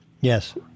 Yes